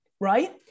right